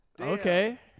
Okay